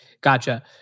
Gotcha